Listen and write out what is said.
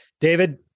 David